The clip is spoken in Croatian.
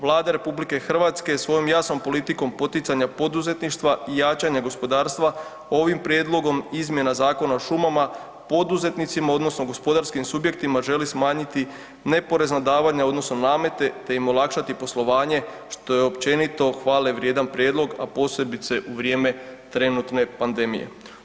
Vlada RH je svojom jasnom politikom poticanja poduzetništva i jačanja gospodarstva ovim Prijedlogom izmjena Zakona o šumama poduzetnicima, odnosno gospodarskim subjektima želi smanjiti neporezna davanja odnosno namete, te im olakšati poslovanje što je općenito hvale vrijedan prijedlog a posebice u vrijeme trenutne pandemije.